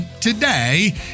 Today